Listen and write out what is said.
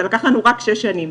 זה לקח לנו 'רק' שש שנים,